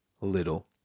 little